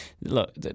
look